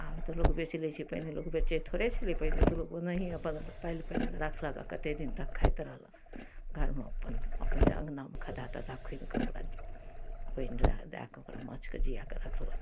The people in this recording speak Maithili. आब तऽ लोक बेच लै छै पहिने लोक बेचै थोड़े छलै पहिने तऽ लोक ओनाहिये अपन पालि पालि कऽ रखलक आ कतेऽ दिन तक खाइत रहल घरमे अपन अपने अँगनामे खद्दा तद्धा खुनि कऽ ओकरा पानि दए दए कऽ ओकरा माँछके जिया कऽ रखलक